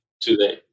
today